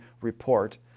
Report